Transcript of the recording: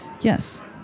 Yes